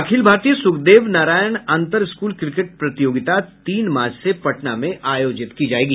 अखिल भारतीय सुखदेव नारायण अन्तर school cricket प्रतियोगिता तीन मार्च से पटना में आयोजित की जायेगी